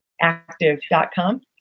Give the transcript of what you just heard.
active.com